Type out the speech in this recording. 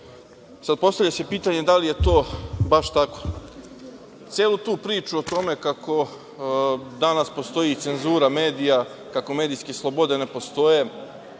Postavlja se pitanje da li je to baš tako. Celu tu priču o tome kako danas postoji cenzura medija, kako medijske slobode ne postoje,